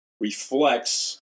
reflects